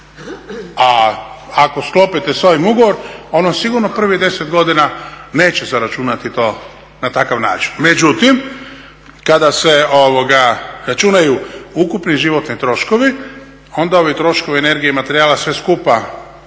A ako sklopite s ovim ugovor on vam sigurno prvih godina neće zaračunati to na takav način. Međutim, kada se računaju ukupni životni troškovi onda ovi troškovi energije i materijala sve skupa njemu